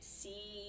see